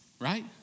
right